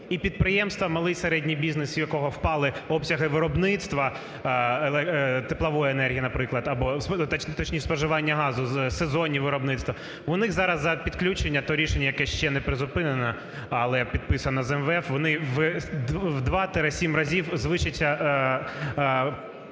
і підприємства, малий і середній бізнес, якого впали обсяги виробництва теплової енергії, наприклад, або, точніше, споживання газу, сезонні виробництва, у них зараз за підключення те рішення, яке ще не призупинено, але підписано з МВФ, вони в 2-7 разів… ГОЛОВУЮЧИЙ.